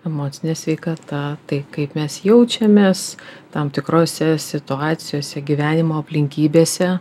emocinė sveikata tai kaip mes jaučiamės tam tikrose situacijose gyvenimo aplinkybėse